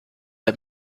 let